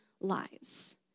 lives